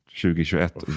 2021